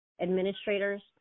administrators